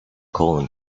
colon